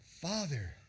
Father